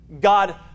God